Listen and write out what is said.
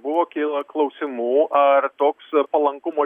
buvo kila klausimų ar toks palankumo